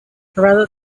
rather